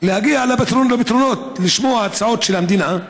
להגיע לפתרונות, לשמוע הצעות של המדינה?